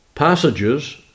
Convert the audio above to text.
passages